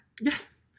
yes